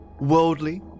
worldly